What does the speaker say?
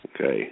Okay